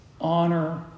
honor